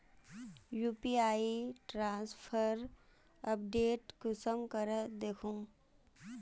UPI transfer update कुंसम करे दखुम?